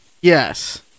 Yes